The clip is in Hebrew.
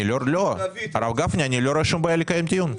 אני לא רואה שום בעיה לקיים דיון.